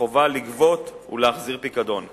החובה לגבות ולהחזיר פיקדון.